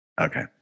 Okay